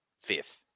fifth